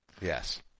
Yes